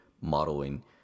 modeling